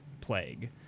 Plague